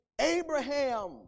Abraham